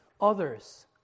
others